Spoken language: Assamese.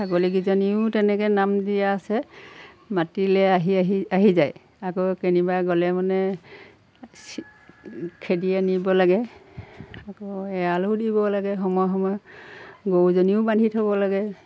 ছাগলীকেইজনীও তেনেকৈ নাম দিয়া আছে মাতিলে আহি আহি আহি যায় আকৌ কেনিবা গ'লে মানে খেদে আনিব লাগে আকৌ এৰালো দিব লাগে সময়ে সময় গৰুজনীও বান্ধি থ'ব লাগে